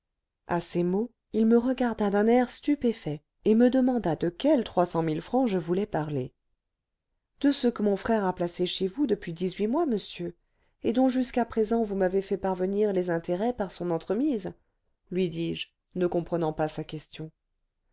à ces mots il me regarda d'un air stupéfait et me demanda de quels trois cent mille francs je voulais parler de ceux que mon frère a placés chez vous depuis dix-huit mois monsieur et dont jusqu'à présent vous m'avez fait parvenir les intérêts par son entremise lui dis-je ne comprenant pas sa question